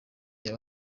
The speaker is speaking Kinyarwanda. yaba